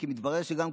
כי מתברר שגם,